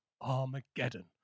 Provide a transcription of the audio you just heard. Armageddon